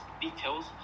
details